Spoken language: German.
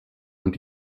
und